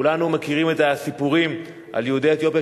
כולנו מכירים את הסיפורים על יהודי אתיופיה